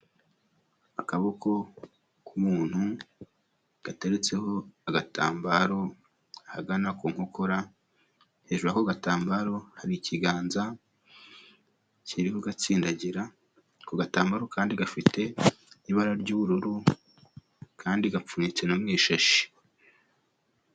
Akaboko k'umuntu gateretseho agatambaro ahagana ku nkokora, hejuru y'ako gatambaro hari ikiganza kiriho kugatsindagira, ako gatambaro kandi gafite ibara ry'ubururu kandi gapfunyitse no mu ishashi.